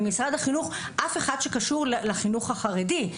אחד ממשרד החינוך שנמצא כאן שקשור לחינוך החרדי.